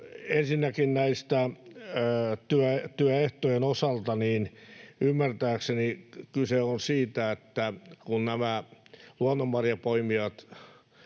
Ensinnäkin näiden työehtojen osalta ymmärtääkseni kyse on siitä, että kun nämä luonnonmarjanpoimijat